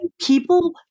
people